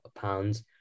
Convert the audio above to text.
pounds